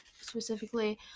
specifically